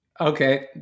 okay